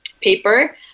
paper